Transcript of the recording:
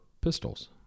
pistols